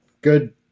good